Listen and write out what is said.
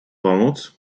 pomóc